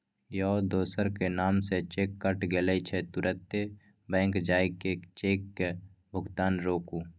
यौ दोसरक नाम सँ चेक कटा गेल छै तुरते बैंक जाए कय चेकक भोगतान रोकु